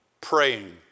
praying